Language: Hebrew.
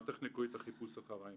אל תחנקו את החיפוש אחר האמת.